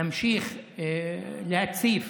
נמשיך להציף